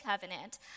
Covenant